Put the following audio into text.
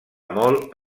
molt